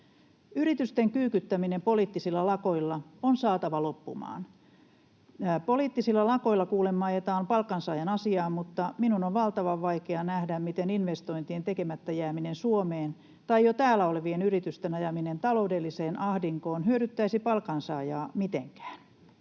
Yritysten kyykyttäminen poliittisilla lakoilla on saatava loppumaan. Poliittisilla lakoilla kuulemma ajetaan palkansaajan asiaa, mutta minun on valtavan vaikea nähdä, miten investointien tekemättä jättäminen Suomeen tai jo täällä olevien yritysten ajaminen taloudelliseen ahdinkoon hyödyttäisi palkansaajaa mitenkään.